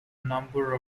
number